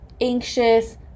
anxious